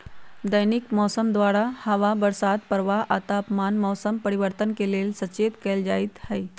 दैनिक मौसम द्वारा हवा बसात प्रवाह आ तापमान मौसम परिवर्तन के लेल सचेत कएल जाइत हइ